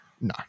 No